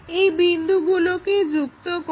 এই বিন্দুগুলোকে যুক্ত করো